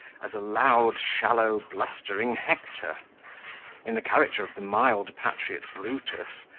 as a loud, shallow, blustering hector in the character of the mild patriot brutus,